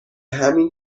همین